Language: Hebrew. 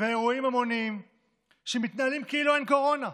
ואירועים המוניים שמתנהלים כאילו אין קורונה,